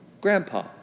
grandpa